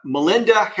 Melinda